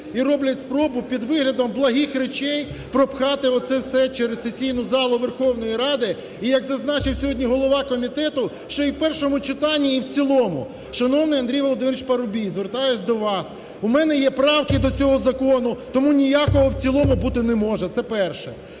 і роблять спробу під виглядом благих речей пропхати оце все через сесійну залу Верховної Ради, і як зазначив сьогодні голова комітету, ще і в першому читанні і в цілому. Шановний Андрій Володимирович Парубій, звертаюся до вас. У мене є правки до цього закону, тому ніякого в цілому бути не може. Це перше.